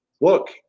look